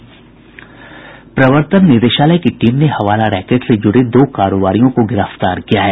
प्रवर्तन निदेशालय की टीम ने हवाला रैकेट से जुड़े दो कारोबारियों को गिरफ्तार किया है